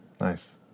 Nice